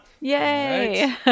Yay